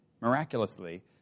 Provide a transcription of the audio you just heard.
miraculously